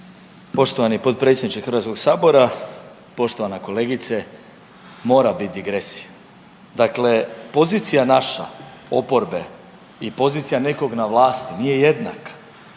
Poštovani potpredsjedniče Hrvatskog sabora, poštovana kolegice mora biti digresije. Dakle, pozicija naša oporbe i pozicija nekog na vlasti nije jednaka